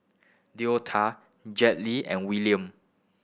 Deota Jetlee and Wiliam